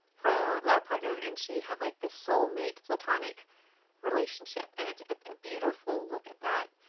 her lab partner, and she had like this soulmate platonic relationship. and it's a beautiful look at that,